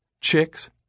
chicks